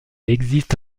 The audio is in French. existe